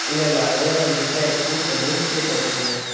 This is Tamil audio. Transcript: இல்லை இல்லை அது மிஸ் ஆகிடுச்சி இப்போ டூப்ளிகேட் எடுக்கணுங்க